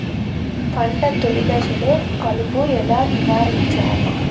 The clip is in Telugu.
పంట తొలి దశలో కలుపు ఎలా నివారించాలి?